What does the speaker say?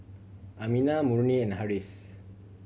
Aminah Murni and Harris